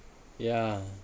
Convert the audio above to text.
yeah